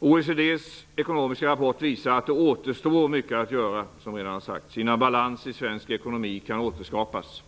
OECD:s ekonomiska rapport visar att det återstår mycket att göra innan balans i svensk ekonomi kan återskapas.